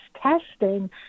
testing